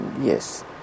Yes